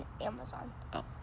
Amazon